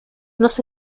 los